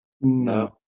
No